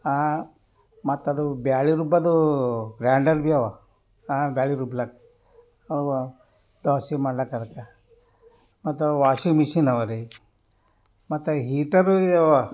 ಮತ್ತದು ಬ್ಯಾಳಿ ರುಬ್ಬೋದು ಗ್ರ್ಯಾಂಡರ್ ಭಿ ಅವ ಬ್ಯಾಳಿ ರುಬ್ಲಕ್ಕ ಅವು ದೋಸೆ ಮಾಡ್ಲಕ್ಕ ಅದಕ್ಕೆ ಮತ್ತು ವಾಶಿಂಗ್ ಮಷೀನ್ ಅವರಿ ಮತ್ತು ಹೀಟರೂ ಇವ